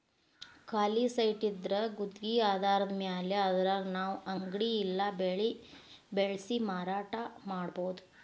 ಖಾಲಿ ಸೈಟಿದ್ರಾ ಗುತ್ಗಿ ಆಧಾರದ್ಮ್ಯಾಲೆ ಅದ್ರಾಗ್ ನಾವು ಅಂಗಡಿ ಇಲ್ಲಾ ಬೆಳೆ ಬೆಳ್ಸಿ ಮಾರಾಟಾ ಮಾಡ್ಬೊದು